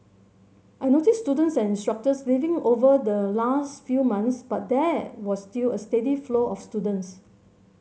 I noticed students and instructors leaving over the last few months but there was still a steady flow of students